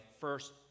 first